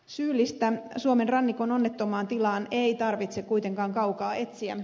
syyllistä suomen rannikon onnettomaan tilaan ei tarvitse kuitenkaan kaukaa etsiä